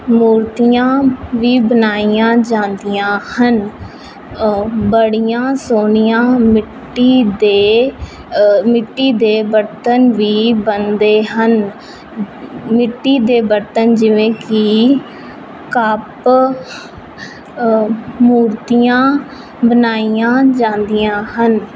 ਮੂਰਤੀਆਂ ਵੀ ਬਣਾਈਆਂ ਜਾਂਦੀਆਂ ਹਨ ਬੜੀਆਂ ਸੋਹਣੀਆਂ ਮਿੱਟੀ ਦੇ ਮਿੱਟੀ ਦੇ ਬਰਤਨ ਵੀ ਬਣਦੇ ਹਨ ਮਿੱਟੀ ਦੇ ਬਰਤਨ ਜਿਵੇਂ ਕਿ ਕੱਪ ਮੂਰਤੀਆਂ ਬਣਾਈਆਂ ਜਾਂਦੀਆਂ ਹਨ